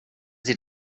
sie